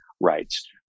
rights